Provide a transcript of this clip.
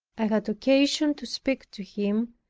i had occasion to speak to him,